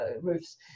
roofs